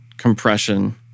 compression